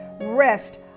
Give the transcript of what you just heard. rest